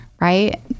right